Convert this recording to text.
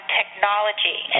technology